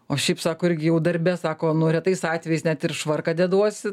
o šiaip sako irgi jau darbe sako nu retais atvejais net ir švarką deduosi